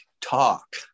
talk